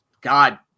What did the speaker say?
God